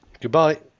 Goodbye